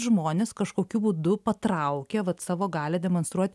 žmones kažkokiu būdu patraukia vat savo galią demonstruot